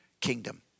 kingdom